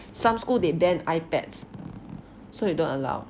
some school they banned iPads so they don't allow